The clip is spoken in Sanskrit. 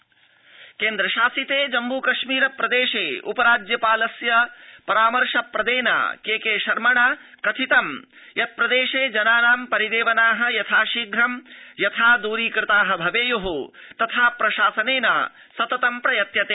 जम्मुकश्मीर परामर्शद केन्द्र शासिते जम्मू कश्मीर प्रदेशे उपराज्य पालस्य परामर्शप्रदेन केके शर्मणा कथितं यत् प्रदेशे जनानां परिदेवना यथाशीघ्रं यथा दूरीकृता स्यु तथा प्रशासनेन सततं प्रयत्यते